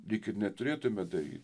lyg ir neturėtume dary